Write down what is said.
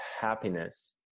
happiness